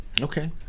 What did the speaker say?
okay